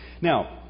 Now